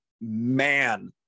man